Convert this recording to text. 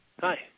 Hi